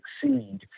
succeed